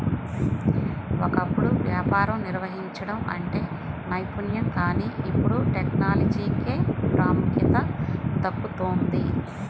ఒకప్పుడు వ్యాపారం నిర్వహించడం అంటే నైపుణ్యం కానీ ఇప్పుడు టెక్నాలజీకే ప్రాముఖ్యత దక్కుతోంది